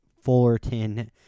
Fullerton